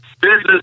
business